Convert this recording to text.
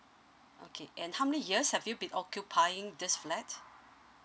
okay and how many years have you been occupying this flat